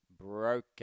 broken